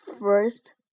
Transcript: first